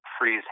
Freeze